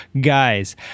guys